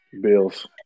Bills